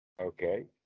Okay